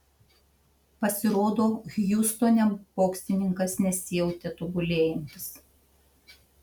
pasirodo hjustone boksininkas nesijautė tobulėjantis